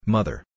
Mother